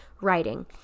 writing